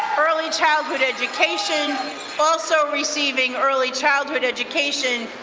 early childhood education also receiving early childhood education,